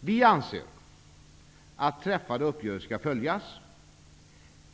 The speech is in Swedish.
Vi anser att träffade uppgörelser skall följas.